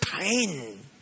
pain